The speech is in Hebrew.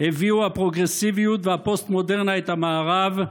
הביאו הפרוגרסיביות והפוסט-מודרנה את המערב,